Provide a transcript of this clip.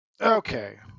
Okay